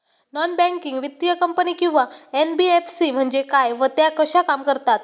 Non banking वित्तीय company किंवा NBFC म्हणजे काय व त्या कशा काम करतात?